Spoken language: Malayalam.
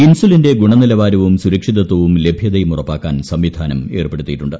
ഇൻസുലിന്റെർജൂണനിലവാരവും സുരക്ഷിതത്വവും ലഭ്യതയും ഉറപ്പാക്കാൻ സംവിധാനും ഏർപ്പെടുത്തിയിട്ടുണ്ട്